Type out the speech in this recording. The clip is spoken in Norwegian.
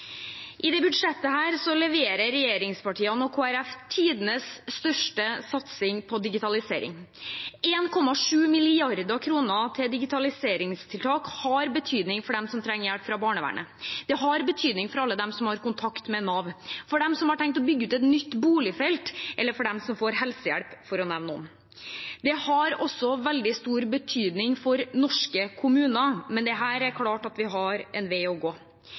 I dette budsjettet leverer regjeringspartiene og Kristelig Folkeparti tidenes største satsing på digitalisering. 1,7 mrd. kr til digitaliseringstiltak har betydning for dem som trenger hjelp fra barnevernet. Det har betydning for alle dem som har kontakt med Nav, for dem som har tenkt å bygge ut et nytt boligfelt, eller for dem som får helsehjelp – for å nevne noen. Det har også veldig stor betydning for norske kommuner, men det er klart at vi har en vei å gå.